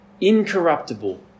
incorruptible